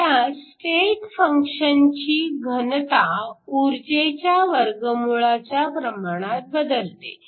आता स्टेट फंक्शनची घनता ऊर्जेच्या वर्गमूळाच्या प्रमाणात बदलते